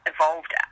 evolved